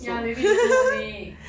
ya maybe don't know only